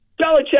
Belichick